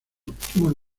últimos